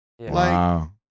Wow